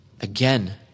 again